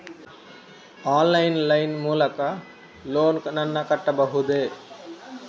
Online line ಮೂಲಕ loan ನನ್ನ ಕಟ್ಟಬಹುದೇ?